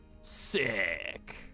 Sick